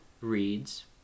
reads